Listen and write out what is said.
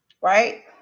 Right